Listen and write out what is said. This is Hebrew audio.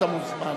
אתה מוזמן.